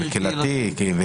אני העליתי את